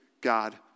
God